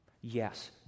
Yes